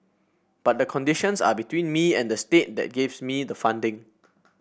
but the conditions are between me and the state that gives me the funding